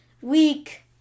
week